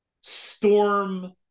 storm